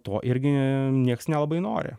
to irgi niekas nelabai nori